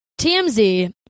TMZ